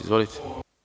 Izvolite.